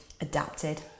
adapted